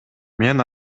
мен